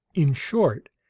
in short,